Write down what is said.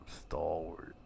stalwart